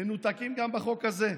מנותקים גם בחוק הזה,